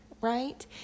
right